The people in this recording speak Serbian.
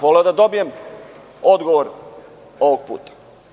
Voleo bih da dobijem odgovor ovog puta.